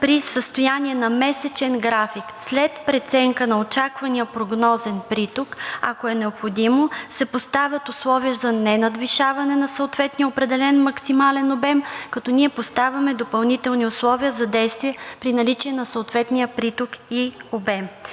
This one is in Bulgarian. при състояние на месечен график след преценка на очаквания прогнозен приток, ако е необходимо, се поставят условия за ненадвишаване на съответния определен максимален обем, като ние поставяме допълнителни условия за действие при наличие на съответния приток и обем.